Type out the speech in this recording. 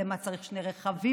למה צריך שני רכבים?